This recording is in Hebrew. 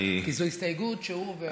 זו הסתייגות שהוא וקארין,